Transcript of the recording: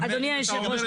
אדוני היושב ראש,